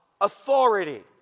authority